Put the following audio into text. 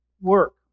work